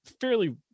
fairly